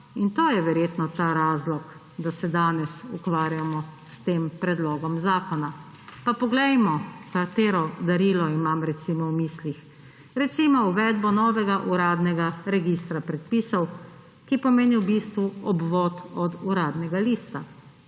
in to je verjetno ta razlog, da se danes ukvarjamo s tem predlogom zakona. Pa poglejmo, katero darilo imam, recimo, v mislih. Recimo, uvedbo novega uradnega registra prepisov, ki pomeni v bistvu obvod od Uradnega lista.